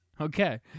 Okay